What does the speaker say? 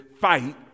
fight